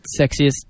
sexiest